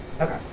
Okay